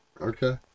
Okay